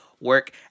work